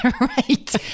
Right